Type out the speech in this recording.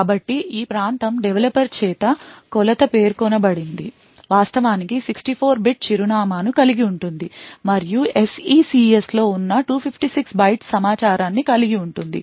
కాబట్టి ఈ ప్రాంతం డెవలపర్ చేత కొలతపేర్కొనబడింది వాస్తవానికి 64 bit చిరునామాను కలిగి ఉంటుంది మరియు SECS లో ఉన్న 256 byte సమాచారాన్ని కలిగి ఉంటుంది